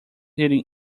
city